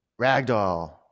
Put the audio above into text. ragdoll